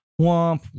Womp